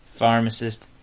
pharmacist